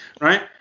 Right